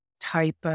type